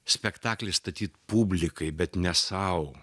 spektaklį statyt publikai bet ne sau